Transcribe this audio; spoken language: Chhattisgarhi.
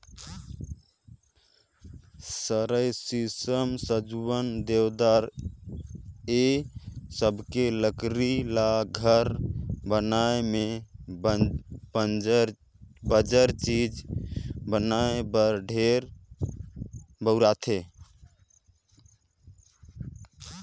सरई, सीसम, सजुवन, देवदार ए सबके लकरी ल घर बनाये में बंजर चीज बनाये बर ढेरे बउरथे